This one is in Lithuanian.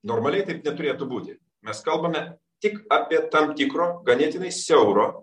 normaliai taip neturėtų būti mes kalbame tik apie tam tikro ganėtinai siauro